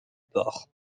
port